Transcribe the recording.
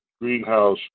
Greenhouse